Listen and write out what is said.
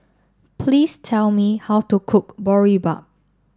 please tell me how to cook Boribap